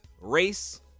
race